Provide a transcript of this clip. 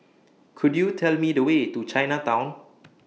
Could YOU Tell Me The Way to Chinatown